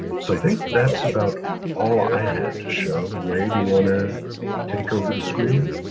so i think that's about all i had to show, wei, do you wanna take over the screen?